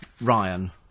Ryan